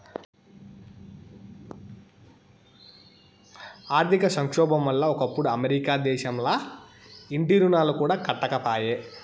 ఆర్థిక సంక్షోబం వల్ల ఒకప్పుడు అమెరికా దేశంల ఇంటి రుణాలు కూడా కట్టకపాయే